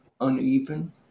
uneven